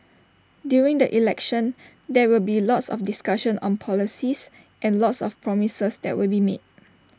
during the elections there will be lots of discussion on policies and lots of promises that will be made